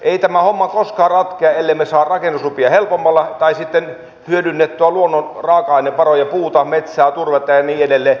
ei tämä homma koskaan ratkea ellemme saa rakennuslupia helpommalla tai sitten hyödynnettyä luonnon raaka ainevaroja puuta metsää turvetta ja niin edelleen entistä paremmin